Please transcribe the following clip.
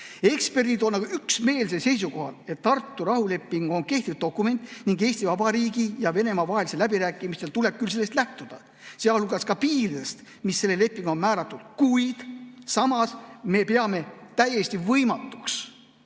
eksperdid on üksmeelsel seisukohal, et Tartu rahuleping on kehtiv dokument ning Eesti Vabariigi ja Venemaa vahelistel läbirääkimistel tuleb küll sellest lähtuda, sealhulgas ka piiridest, mis selle lepinguga on määratud, kuid samas me peame täiesti võimatuks